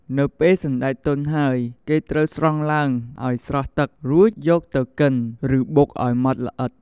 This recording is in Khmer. នៅពេលសណ្ដែកទុនហើយ គេត្រូវស្រង់ឡើងឲ្យស្រស់ទឹក រួចយកទៅកិន ឬបុកឲ្យម៉ដ្ឋល្អិត។